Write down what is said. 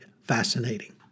fascinating